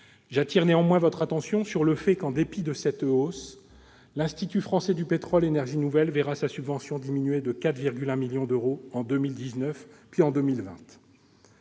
J'attire néanmoins votre attention sur le fait que, en dépit de cette hausse, l'Institut français du pétrole-Énergies nouvelles, l'IFPEN, verra sa subvention diminuer de 4,1 millions d'euros en 2019, puis en 2020.